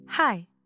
Hi